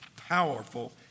powerful